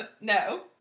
no